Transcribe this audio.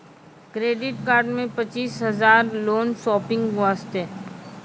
Credit card मे पचीस हजार हजार लोन शॉपिंग वस्ते?